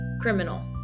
criminal